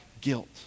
guilt